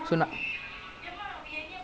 and now tharun cycling to loose weight no